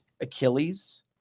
Achilles